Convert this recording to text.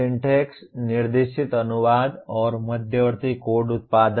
syntax निर्देशित अनुवाद और मध्यवर्ती कोड उत्पादन